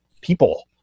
people